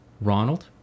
Ronald